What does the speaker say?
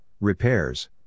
repairs